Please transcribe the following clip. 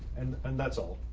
and and that's all.